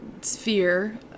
sphere